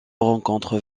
rencontre